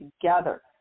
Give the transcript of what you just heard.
together